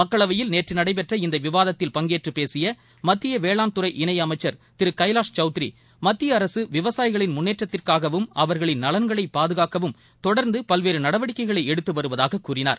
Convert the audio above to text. மக்களவையில் நேற்று நடைபெற்ற இந்த விவாதத்தில் பங்கேற்று பேசிய மத்திய வேளாண்துறை இணை அமைச்சர் திரு கைவாஷ் சௌத்திரி மத்திய அரசு விவசாயிகளின் முன்னேற்றத்திற்காகவும் அவர்களின் நலன்களை பாதுகாக்கவும் தொடர்ந்து பல்வேறு நடவடிக்கைகளை எடுத்து வருவதாகக் கூறினார்